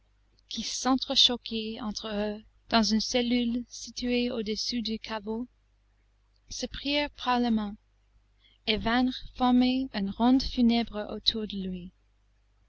qui s'entre-choquaient entre eux dans une cellule située au-dessus des caveaux se prirent par la main et vinrent former une ronde funèbre autour de lui